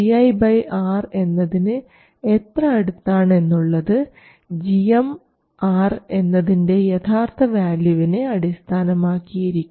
Vi R എന്നതിന് എത്ര അടുത്താണ് എന്നുള്ളത് gmR എന്നതിൻറെ യഥാർത്ഥ വാല്യൂവിനെ അടിസ്ഥാനമാക്കിയായിരിക്കും